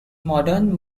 modern